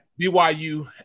BYU